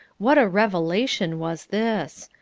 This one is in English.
what a revelation was this!